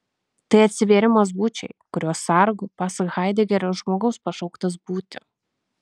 tai atsivėrimas būčiai kurios sargu pasak haidegerio žmogus pašauktas būti